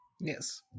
Yes